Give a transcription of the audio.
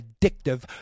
addictive